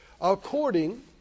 according